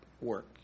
work